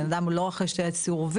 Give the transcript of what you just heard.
בנאדם לא אחרי שתי סירובים,